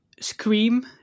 scream